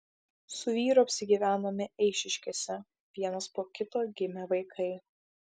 su vyru apsigyvenome eišiškėse vienas po kito gimė vaikai